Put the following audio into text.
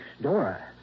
Dora